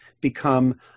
become